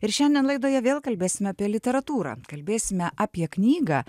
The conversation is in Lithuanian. ir šiandien laidoje vėl kalbėsime apie literatūrą kalbėsime apie knygą